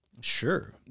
Sure